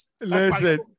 Listen